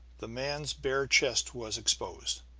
the man's bare chest was exposed.